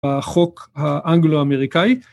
החוק האנגלו אמריקאי